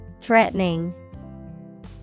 Threatening